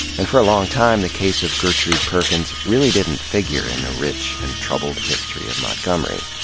and for a long time, the case of gertrude perkins really didn't figure in the rich and troubled history of montgomery.